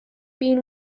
being